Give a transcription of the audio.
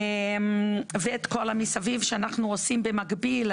ואת כל המסביב שאנחנו עושים במקביל.